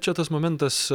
čia tas momentas